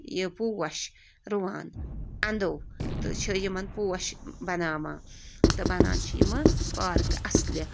یہِ پوش رُوان انٛدو تہٕ چھِ یِمن پوش بَناوان تہٕ بَنان چھِ یِمہٕ پارکہٕ اَصلہِ